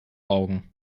augen